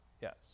Yes